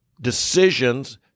Decisions